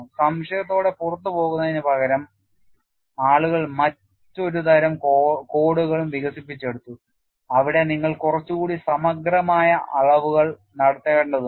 സംശയത്തോടെ പുറത്തുപോകുന്നതിനുപകരം ആളുകൾ മറ്റൊരു തരം കോഡുകളും വികസിപ്പിച്ചെടുത്തു അവിടെ നിങ്ങൾ കുറച്ചുകൂടി സമഗ്രമായ അളവുകൾ നടത്തേണ്ടതുണ്ട്